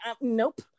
nope